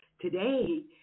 today